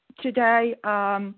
today –